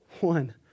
one